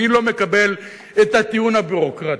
אני לא מקבל את הטיעון הביורוקרטי,